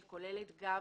היא כוללת גם